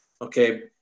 Okay